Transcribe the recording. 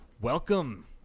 Welcome